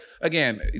again